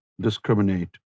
discriminate